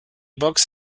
books